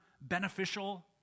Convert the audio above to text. beneficial